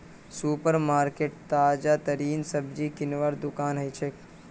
super market ताजातरीन सब्जी किनवार दुकान हछेक